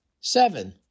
Seven